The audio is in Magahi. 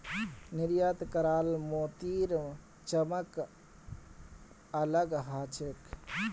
निर्यात कराल मोतीर चमक अलग ह छेक